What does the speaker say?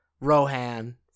Rohan